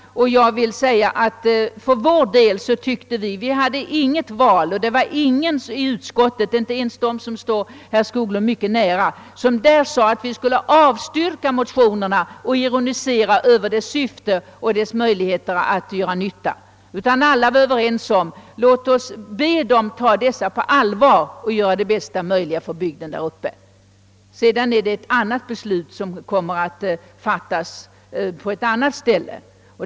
Jag vill för utskottets del säga att vi inte hade något val. Ingen i utskottet — inte ens de som står herr Skoglund mycket nära — sade där att vi skulle avstyrka motionerna och ironisera över deras syfte eller möjligheter att göra nytta. Vi var i utskottet överens om att vi skulle uppmana vederbörande instanser att ta motionerna på allvar och göra det bästa möjliga för bygden där uppe. Sedan är det ett annat beslut som kommer att fattas på ett annat ställe.